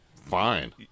fine